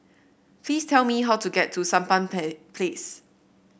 please tell me how to get to Sampan Pla Place